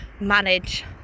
manage